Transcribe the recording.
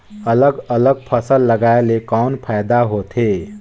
अलग अलग फसल लगाय ले कौन फायदा होथे?